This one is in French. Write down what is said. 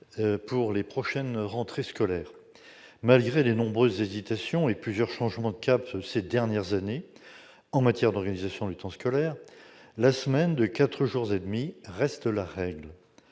pour les prochaines rentrées scolaires. Malgré les nombreuses hésitations et plusieurs changements de cap ces dernières années en matière d'organisation du temps scolaire, la semaine de quatre jours et demi reste la règle.